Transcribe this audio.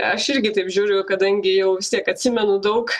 aš irgi taip žiūriu kadangi jau vis tiek atsimenu daug